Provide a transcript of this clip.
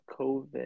COVID